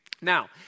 Now